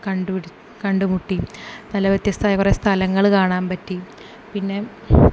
കണ്ടുപിടി കണ്ടുമുട്ടി പല വ്യത്യസ്ഥമായ കുറേ സ്ഥലങ്ങൾ കാണാൻ പറ്റി പിന്നെ